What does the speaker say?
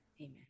Amen